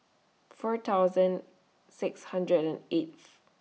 four thousand six hundred and eighth